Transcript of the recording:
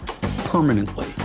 Permanently